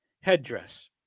headdress